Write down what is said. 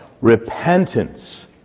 Repentance